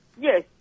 yes